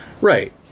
Right